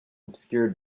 obscured